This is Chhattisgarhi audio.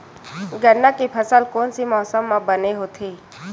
गन्ना के फसल कोन से मौसम म बने होथे?